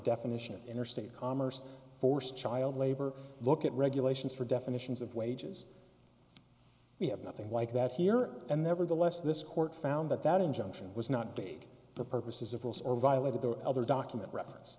definition of interstate commerce for child labor look at regulations for definitions of wages we have nothing like that here and there are the less this court found that that injunction was not paid for purposes of false or violated the other document reference